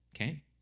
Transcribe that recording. okay